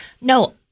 no